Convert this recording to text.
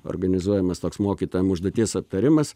organizuojamas toks mokytojam užduoties aptarimas